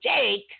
Jake